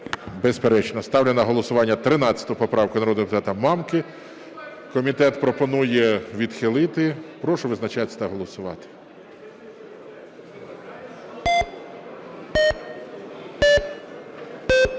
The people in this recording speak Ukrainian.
Безперечно. Ставлю на голосування 13 поправку народного депутата Мамки. Комітет пропонує відхилити. Прошу визначатися та голосувати.